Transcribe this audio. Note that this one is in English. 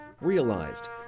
realized